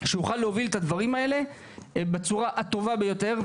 שיוכלו להוביל את הדברים האלה בצורה הטובה ביותר.